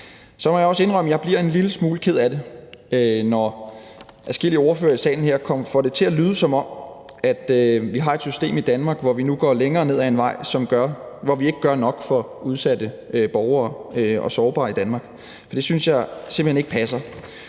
jeg bliver en lille smule ked af det, når adskillige ordførere i salen her får det til at lyde, som om vi har et system i Danmark, hvor vi nu går længere ned ad en vej, hvor vi ikke gør nok for udsatte og sårbare borgere i Danmark, for det synes jeg simpelt hen ikke passer.